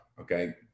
okay